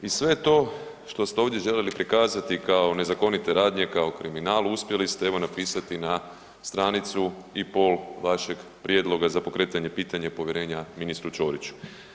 I sve to što ste ovdje željeli prikazati kao nezakonite radnje kao kriminal uspjeli ste evo napisati na stranicu i pol vašeg prijedloga za pokretanje pitanja povjerenja ministru Ćoriću.